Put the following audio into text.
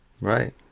right